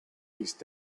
these